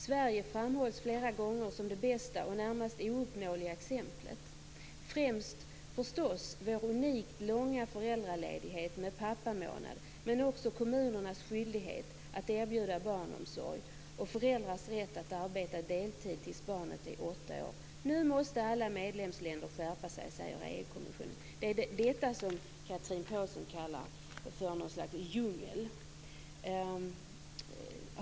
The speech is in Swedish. Sverige framhålls flera gånger som det bästa och närmast ouppnåeliga exemplet, främst förstås för vår unikt långa föräldraledighet med pappamånad, men också för kommunernas skyldighet att erbjuda barnomsorg och föräldrars rätt att arbeta deltid tills barnet är åtta år. Nu måste alla medlemsländer skärpa sig, säger EU-kommissionen. Är det detta som Chatrine Pålsson kallar för något slags djungel?